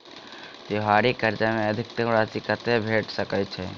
त्योहारी कर्जा मे अधिकतम राशि कत्ते भेट सकय छई?